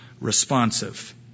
responsive